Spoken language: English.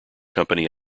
company